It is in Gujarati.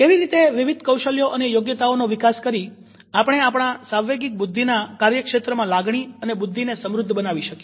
કેવી રીતે વિવિધ કૌશલ્યો અને યોગ્યતાઓનો વિકાસ કરી આપણે આપણા સાંવેગિક બુદ્ધિના કાર્યક્ષેત્રમાં લાગણી અને બુદ્ધિને સમૃદ્ધ બનાવી શકીએ